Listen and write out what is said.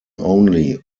only